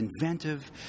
inventive